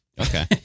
Okay